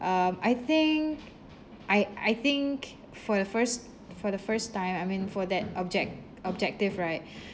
um I think I I think for the first for the first time I mean for that object~ objective right